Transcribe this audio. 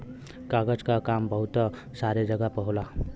कागज क काम बहुत सारे जगह पर होला